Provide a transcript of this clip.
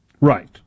Right